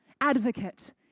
advocate